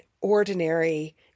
ordinary